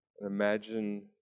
Imagine